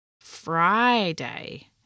Friday